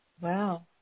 Wow